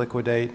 liquidate